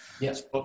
Yes